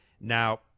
Now